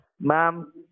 Ma'am